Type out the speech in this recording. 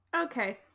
Okay